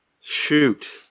shoot